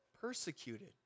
persecuted